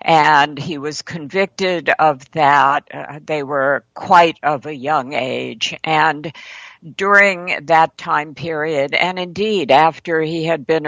and he was convicted of that they were quite of a young age and during that time period and indeed after he had been